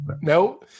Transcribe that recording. No